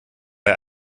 bei